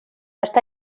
està